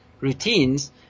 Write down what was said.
routines